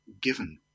given